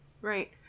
Right